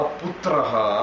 putraha